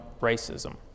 racism